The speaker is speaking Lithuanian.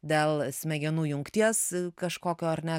dėl smegenų jungties kažkokio ar ne